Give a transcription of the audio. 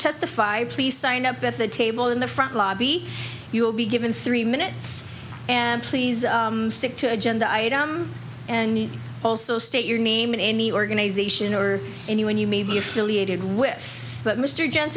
testify please sign up at the table in the front lobby you will be given three minutes and please stick to agenda item and also state your name in any organization or anyone you may be affiliated with but mr j